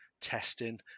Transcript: testing